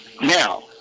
Now